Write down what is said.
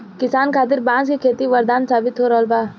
किसान खातिर बांस के खेती वरदान साबित हो रहल बा